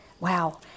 Wow